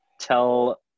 tell